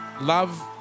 Love